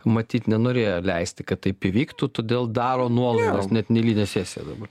matyt nenorėjo leisti kad taip įvyktų todėl daro nuolaidas net neeilinę sesiją dabar